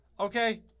Okay